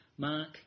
Mark